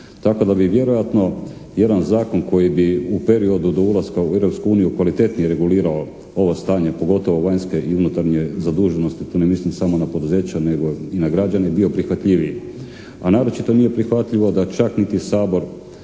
tako da bi vjerojatno jedan zakon koji bi u periodu do ulaska u Europsku uniju kvalitetnije reguliralo ovo stanje pogotovo vanjske i unutarnje zaduženosti, tu ne mislim samo na poduzeća nego i na građane bio prihvatljiviji, a naročito nije prihvatljivo da čak niti Sabor